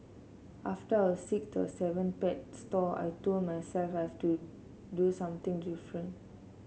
after our sixth or seventh pet store I told myself I've to do something different